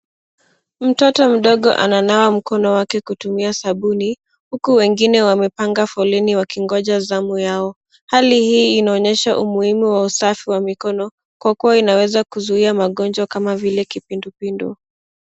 Mtoto mdogo ananawa mkono wake kutumia sabuni, huku wengine wamepanga foleni wakingoja zamu yao. Hali hii inaonyesha umuhimu wa usafi wa mikono kwa kuwa inaweza kuzuia magonjwa, kama vile kipindupindu.